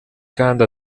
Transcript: kandi